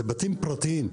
אלה בתים פרטיים.